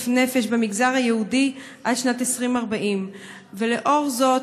נפש במגזר היהודי עד שנת 2040. לאור זאת,